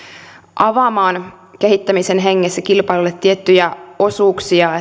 avaamaan kehittämisen hengessä kilpailulle tiettyjä osuuksia